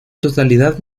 totalidad